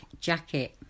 jacket